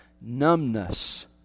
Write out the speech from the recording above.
numbness